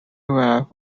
wife